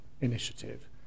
initiative